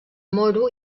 moro